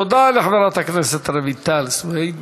תודה לחברת הכנסת רויטל סויד.